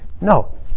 No